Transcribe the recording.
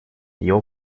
его